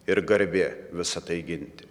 ir garbė visa tai ginti